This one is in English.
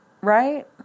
Right